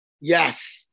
Yes